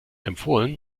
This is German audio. empfohlen